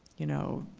you know,